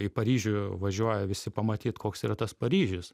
į paryžių važiuoja visi pamatyt koks yra tas paryžius